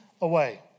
away